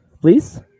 Please